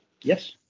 Yes